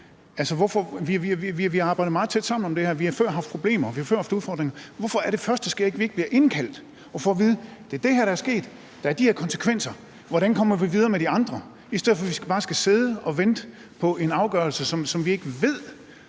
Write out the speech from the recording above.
Vi har arbejdet meget tæt sammen om det her, vi har før haft problemer, og vi har før haft udfordringer, men hvorfor er det første, der sker, ikke, at vi bliver indkaldt og får at vide, at det er det her, der er sket, og at der er de her konsekvenser, og hvordan vi kommer videre med de andre? I stedet for skal vi bare sidde og vente på en afgørelse, som vi ikke ved